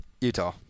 Utah